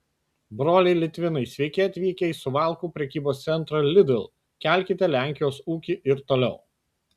broliai litvinai sveiki atvykę į suvalkų prekybos centrą lidl kelkite lenkijos ūkį ir toliau